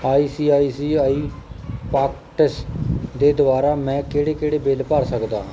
I C I C I pockets ਦੇ ਦੁਆਰਾ ਮੈਂ ਕਿਹੜੇ ਕਿਹੜੇ ਬਿੱਲ ਭਰ ਸਕਦਾ ਹਾਂ